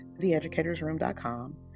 theeducatorsroom.com